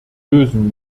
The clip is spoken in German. lösen